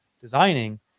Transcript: designing